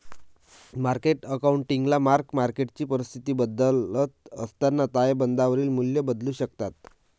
market अकाउंटिंगला mark मार्केटची परिस्थिती बदलत असताना ताळेबंदावरील मूल्ये बदलू शकतात